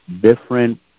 different